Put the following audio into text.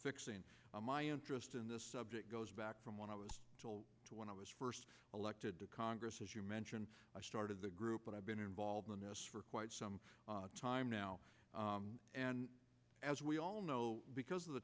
fixing my interest in this subject goes back from when i was when i was first elected to congress as you mentioned i started the group but i've been involved in this for quite some time now and as we all know because of the